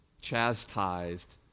chastised